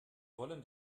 wollen